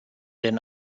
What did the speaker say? denn